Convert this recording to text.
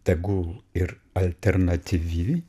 tegul ir alternatyvi